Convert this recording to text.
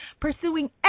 pursuing